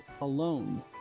alone